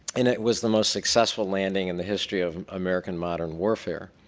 and it was the most successful landing in the history of american modern warfare.